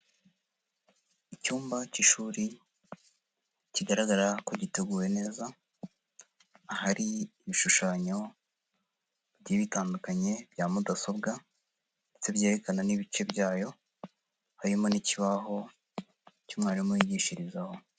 Icyumba cy'ishuri kigaragara ko giteguwe neza, ahari ibishushanyo bigiye bitandukanye bya mudasobwa, ndetse byerekana n'ibice byayo, harimo n'ikibaho cy'umwarimu yigishirizaho.